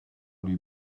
lui